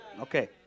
Okay